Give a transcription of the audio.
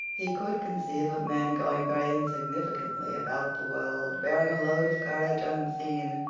he could conceive of men going very insignificantly about the world bearing a load of courage unseen,